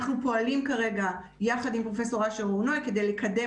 אנחנו פועלים כרגע יחד עם פרופ' אשר הורנוי כדי לקדם